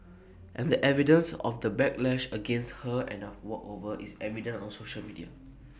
and the evidence of the backlash against her and of walkover is evident on social media